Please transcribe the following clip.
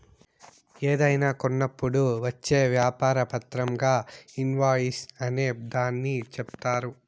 ఏదైనా కొన్నప్పుడు వచ్చే వ్యాపార పత్రంగా ఇన్ వాయిస్ అనే దాన్ని చెప్తారు